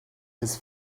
his